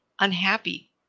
unhappy